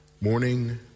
morning